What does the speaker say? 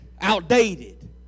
outdated